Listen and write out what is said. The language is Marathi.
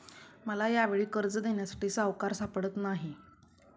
मला यावेळी कर्ज देण्यासाठी सावकार सापडत नाही